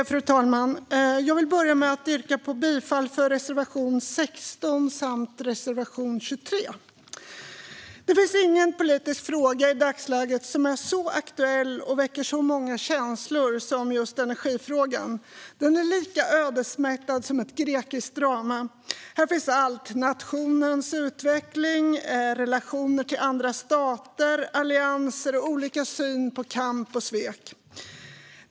Fru talman! Jag vill börja med att yrka bifall till reservationerna 16 och 23. Det finns i dagsläget ingen politisk fråga som är så aktuell och som väcker så många känslor som just energifrågan. Den är lika ödesmättad som ett grekiskt drama. Här finns allt: nationens utveckling, relationer till andra stater, allianser och olika syn på kamp och svek.